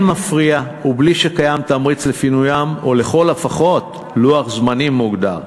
מפריע ובלי שקיים תמריץ לפינוים או לכל הפחות לוח זמנים מוגדר.